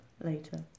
later